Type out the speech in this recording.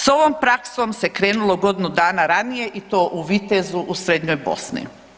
S ovom praksom se krenulo godinu dana ranije i to u Vitezu u srednjoj Bosni.